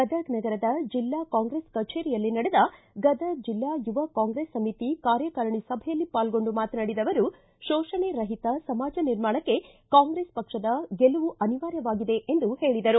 ಗದಗ್ ನಗರದ ಜಿಲ್ಲಾ ಕಾಂಗ್ರೆಸ್ ಕಚೇರಿಯಲ್ಲಿ ನಡೆದ ಗದಗ ಜಿಲ್ಲಾ ಯುವ ಕಾಂಗ್ರೆಸ್ ಸಮಿತಿ ಕಾರ್ಯಕಾರಿಣಿ ಸಭೆಯಲ್ಲಿ ಪಾಲ್ಗೊಂಡು ಮಾತನಾಡಿದ ಅವರು ಶೋಷಣೆರಹಿತ ಸಮಾಜ ನಿರ್ಮಾಣಕ್ಕೆ ಕಾಂಗ್ರೆಸ್ ಪಕ್ಷದ ಗೆಲುವು ಅನಿವಾರ್ಯವಾಗಿದೆ ಎಂದು ಹೇಳಿದರು